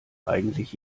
eigentlich